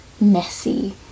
messy